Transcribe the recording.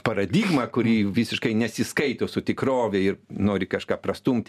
paradigma kuri visiškai nesiskaito su tikrove ir nori kažką prastumti